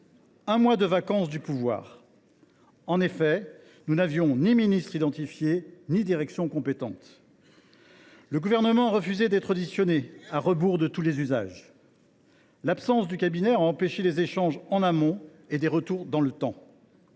Un mois de vacance du pouvoir ! En effet, nous n’avions ni ministre identifié ni direction compétente. Le Gouvernement a refusé d’être auditionné, à rebours de tous les usages. L’absence de cabinet a empêché des échanges en amont et des retours dans les temps